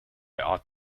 ought